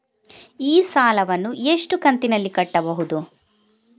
ಈ ಸಾಲವನ್ನು ಎಷ್ಟು ಕಂತಿನಲ್ಲಿ ಕಟ್ಟಬಹುದು?